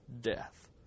death